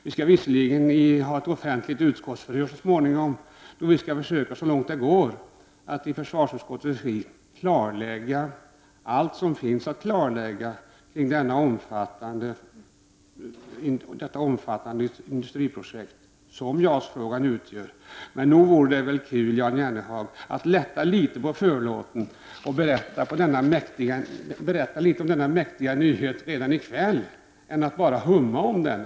Vi skall visserligen ha en offentlig utskottsutfrågning så småningom, då vi skall försöka så långt det går att i försvarsutskottets regi klarlägga allt som finns att klarlägga kring detta omfattande industriprojekt som JAS-frågan utgör. Men nog vore det kul, Jan Jennehag, att lätta litet på förlåten och berätta om denna mäktiga nyhet redan i kväll, i stället för att bara humma om den.